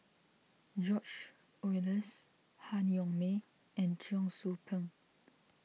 George Oehlers Han Yong May and Cheong Soo Pieng